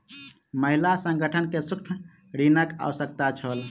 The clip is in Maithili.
महिला संगठन के सूक्ष्म ऋणक आवश्यकता छल